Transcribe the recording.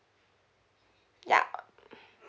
ya